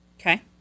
Okay